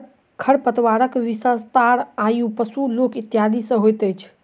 खरपातक विस्तार वायु, पशु, लोक इत्यादि सॅ होइत अछि